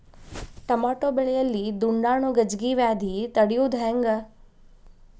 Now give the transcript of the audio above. Tomato ಬೆಳೆಯಲ್ಲಿ ದುಂಡಾಣು ಗಜ್ಗಿ ವ್ಯಾಧಿ ತಡಿಯೊದ ಹೆಂಗ್?